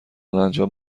انجام